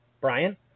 Brian